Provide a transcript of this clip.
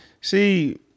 See